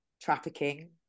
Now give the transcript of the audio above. trafficking